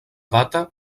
data